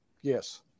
Yes